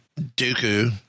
Dooku